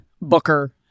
Booker